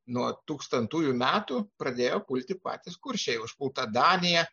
nuo tūkstantųjų metų pradėjo pulti patys kuršiai užpulta danija